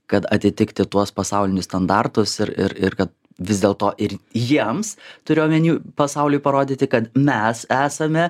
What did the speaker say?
kad atitikti tuos pasaulinius standartus ir ir ir kad vis dėl to ir jiems turiu omeny pasauliui parodyti kad mes esame